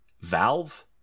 Valve